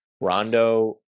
Rondo